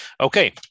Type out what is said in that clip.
Okay